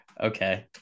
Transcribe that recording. Okay